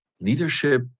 Leadership